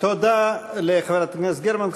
תודה לחברת הכנסת גרמן.